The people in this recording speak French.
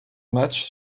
matchs